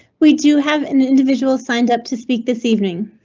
we do have an individual signed up to speak this evening.